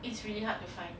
it's really hard to find